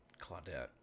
Claudette